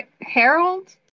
Harold